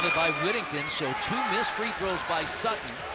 by whittington. so two missed free throws by sutton.